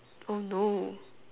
oh no